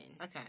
okay